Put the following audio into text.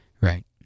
Right